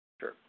Sure